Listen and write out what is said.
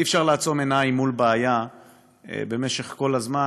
אי-אפשר לעצום עיניים מול בעיה במשך כל הזמן